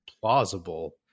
plausible